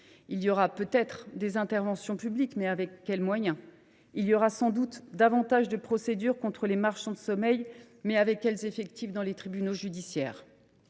Il y aura peut être des interventions publiques, mais avec quels moyens ? Il y aura sans doute davantage de procédures contre les marchands de sommeil, mais avec quels effectifs dans les tribunaux judiciaires ?